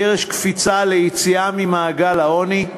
קרש קפיצה ליציאה ממעגל העוני,